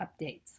updates